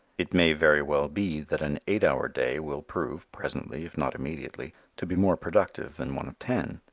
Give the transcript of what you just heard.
it may very well be that an eight-hour day will prove, presently if not immediately, to be more productive than one of ten.